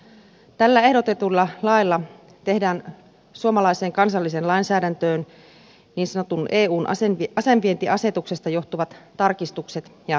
näillä ehdotetuilla laeilla tehdään suomalaiseen kansalliseen lainsäädäntöön niin sanotusta eun asevientiasetuksesta johtuvat tarkistukset ja täydennykset